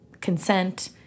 Consent